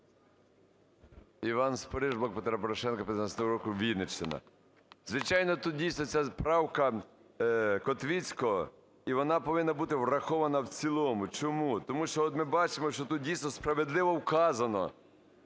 Іван Спориш, "Блок Петра Порошенка", 15 округ, Вінниччина. Звичайно, тут, дійсно, це правка Котвіцького, і вона повинна бути врахована в цілому. Чому? Тому що от ми бачимо, що тут, дійсно, справедливо вказано.